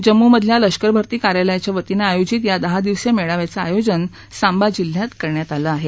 जम्मूमधल्या लष्कर भर्ती कार्यालयाच्या वतीनं आयोजित या दहा दिवसीय मेळाव्याचं आयोजन सांबा जिल्ह्यात केलं आहे